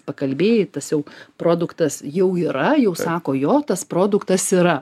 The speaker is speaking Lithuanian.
pakalbėjai tas jau produktas jau yra jau sako jo tas produktas yra